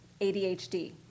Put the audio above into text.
ADHD